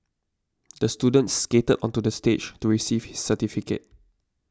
the student skated onto the stage to receive his certificate